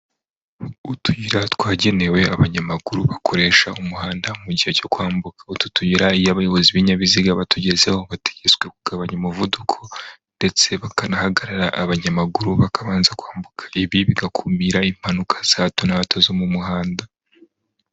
Utuyira twagenewe abanyamaguru bakoresha umuhanda mu gihe cyo kwambuka, utu tuyira iyo abayobozi b'ibinyabiziga batugezeho bategetswe kugabanya umuvuduko ndetse bakanahagarara abanyamaguru bakabanza kwambuka, ibi bigakumira impanuka za hato na hato zo mu muhanda.